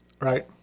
right